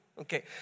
Okay